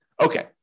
Okay